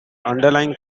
underlying